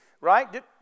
right